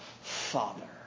Father